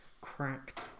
cracked